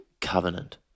covenant